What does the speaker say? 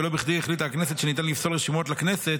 ולא בכדי החליטה הכנסת שניתן לפסול רשימות לכנסת